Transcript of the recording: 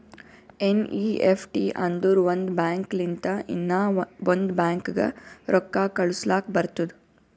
NEFT ಅಂದುರ್ ಒಂದ್ bank ಲಿಂತ ಇನ್ನಾ ಒಂದ್ ಬ್ಯಾಂಕ್ಗ ರೊಕ್ಕಾ ಕಳುಸ್ಲಾಕ್ ಬರ್ತುದ್